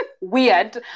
weird